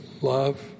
love